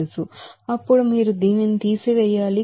అప్పుడు మీరు దీనిని తీసివేయాలి